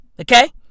Okay